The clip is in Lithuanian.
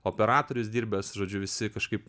operatorius dirbęs žodžiu visi kažkaip